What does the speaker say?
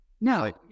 No